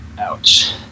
Ouch